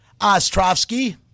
Ostrovsky